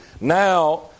now